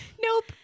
Nope